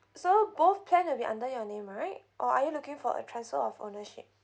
so both plan will be under your name right or are you looking for a transfer of ownership